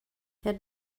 had